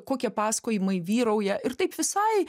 kokie pasakojimai vyrauja ir taip visai